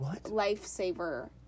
lifesaver